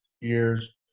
years